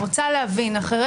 אני רוצה להבין, אחרי